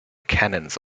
canons